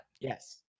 Yes